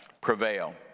prevail